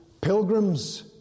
Pilgrims